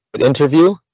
interview